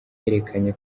yerekanye